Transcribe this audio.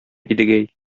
идегәй